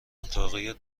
اتاقی